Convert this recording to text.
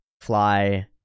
fly